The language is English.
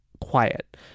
quiet